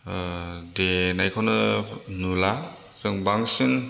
ओ देनायखौनो नुला जों बांसिन